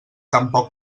tampoc